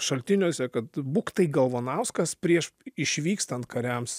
šaltiniuose kad buktai galvanauskas prieš išvykstant kariams